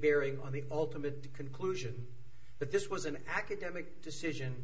bearing on the ultimate conclusion that this was an academic decision